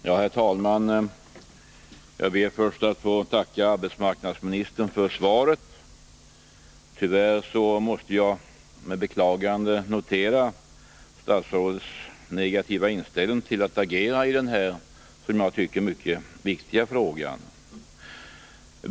Herr talman! Jag ber först att få tacka arbetsmarknadsministern för svaret. Tyvärr måste jag med beklagande notera statsrådets negativa inställning till att agera i den här, som jag tycker, mycket viktiga frågan.